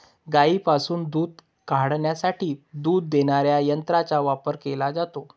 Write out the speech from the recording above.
गायींपासून दूध काढण्यासाठी दूध देणाऱ्या यंत्रांचा वापर केला जातो